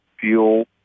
fuel